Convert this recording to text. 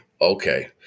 okay